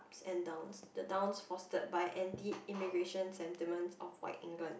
~s and downs the downs fostered by anti immigration sentiments of white England